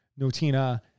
Notina